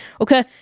Okay